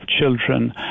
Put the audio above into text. children